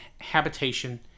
habitation